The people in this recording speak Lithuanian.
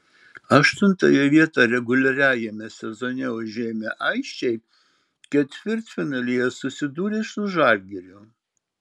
aštuntąją vietą reguliariajame sezone užėmę aisčiai ketvirtfinalyje susidūrė su žalgiriu